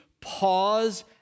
pause